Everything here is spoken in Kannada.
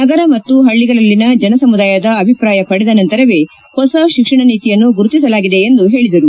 ನಗರ ಮತ್ತು ಹಳ್ಳಗಳಲ್ಲಿನ ಜನಸಮುದಾಯದ ಅಭಿಪ್ರಾಯ ಪಡೆದ ನಂತರವೇ ಹೊಸ ತಿಕ್ಷಣ ನೀತಿಯನ್ನು ಗುರುತಿಸಲಾಗಿದೆ ಎಂದು ಹೇಳಿದರು